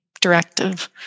directive